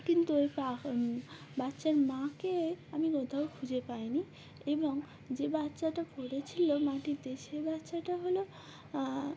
কিন্তু ওই পা বাচ্চার মাকে আমি কোথাও খুঁজে পাইনি এবং যে বাচ্চাটা পড়েছিল মাটির দেশে বাচ্চাটা হলো